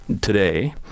today